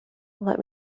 let